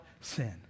sin